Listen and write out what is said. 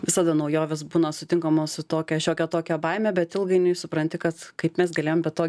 visada naujovės būna sutinkamos su tokia šiokia tokia baime bet ilgainiui supranti kad kaip mes galėjom be to